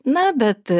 na bet